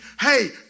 hey